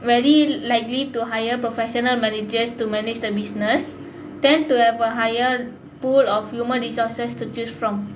very likely to hire professional managers to manage the business tend to have a higher pool of human resources to choose from